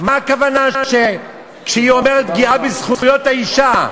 מה הכוונה כשהיא אומרת פגיעה בזכויות האישה?